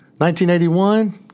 1981